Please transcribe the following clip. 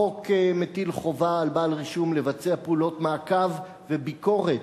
החוק מטיל חובה על בעל רישום לבצע פעולות מעקב וביקורת,